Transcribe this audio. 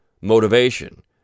motivation